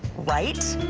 right?